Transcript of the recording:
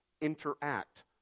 interact